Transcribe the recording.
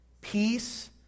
Peace